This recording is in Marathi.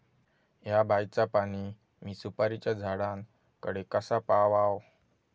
हया बायचा पाणी मी सुपारीच्या झाडान कडे कसा पावाव?